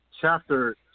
chapter